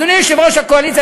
אדוני יושב-ראש הקואליציה,